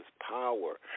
power